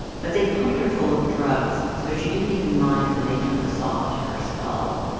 but they pumped her full of drugs, so she didn't even mind when they took a saw to her skull.